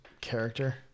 character